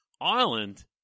island